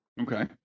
Okay